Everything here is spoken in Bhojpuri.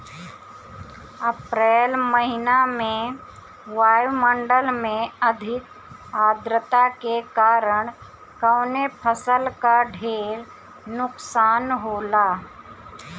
अप्रैल महिना में वायु मंडल में अधिक आद्रता के कारण कवने फसल क ढेर नुकसान होला?